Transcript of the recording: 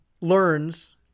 learns